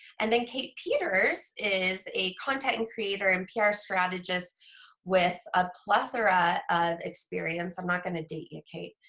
and then kate peters is a content and creator and pr strategist with a plethora of experience, i'm not going to date you kate,